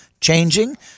changing